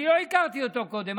אני לא הכרתי אותו קודם.